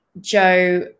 Joe